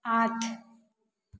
आठ